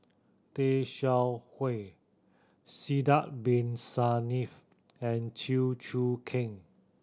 Tay Seow Huah Sidek Bin Saniff and Chew Choo Keng